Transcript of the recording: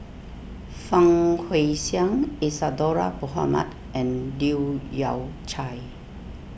Fang Guixiang Isadhora Mohamed and Leu Yew Chye